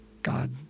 God